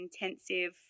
intensive